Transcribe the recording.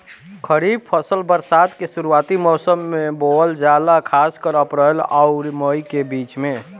खरीफ फसल बरसात के शुरूआती मौसम में बोवल जाला खासकर अप्रैल आउर मई के बीच में